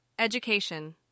Education